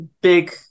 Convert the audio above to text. big